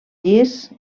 llis